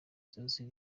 zose